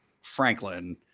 Franklin